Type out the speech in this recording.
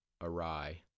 awry